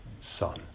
Son